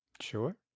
Sure